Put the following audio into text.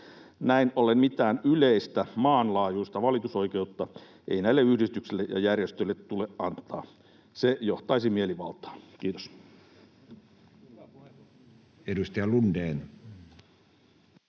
Näin ollen mitään yleistä maanlaajuista valitusoikeutta ei näille yhdistyksille ja järjestöille tule antaa. Se johtaisi mielivaltaan. — Kiitos.